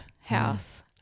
house